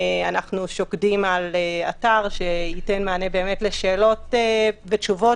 אנחנו שוקדים על אתר שייתן מענה לשאלות ותשובות